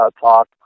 talk